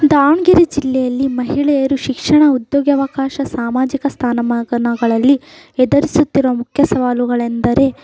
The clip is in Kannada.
ದಾವಣಗೆರೆ ಜಿಲ್ಲೆಯಲ್ಲಿ ಮಹಿಳೆಯರು ಶಿಕ್ಷಣ ಉದ್ಯೋಗವಕಾಶ ಸಾಮಾಜಿಕ ಸ್ಥಾನಮಾನಗಳಲ್ಲಿ ಎದುರಿಸುತ್ತಿರುವ ಮುಖ್ಯ ಸವಾಲುಗಳೆಂದರೆ